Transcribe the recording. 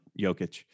Jokic